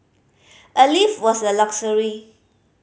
a lift was a luxury